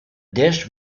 dish